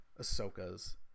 ahsoka's